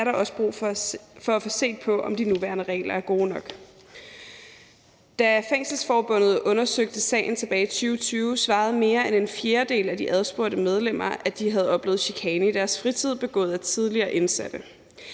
er der også brug for at få set på, om de nuværende regler er gode nok. Da Fængselsforbundet undersøgte sagen tilbage i 2020, svarede mere en fjerdedel af de adspurgte medlemmer, at de havde oplevet chikane i deres fritid begået af tidligere indsatte.